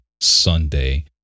Sunday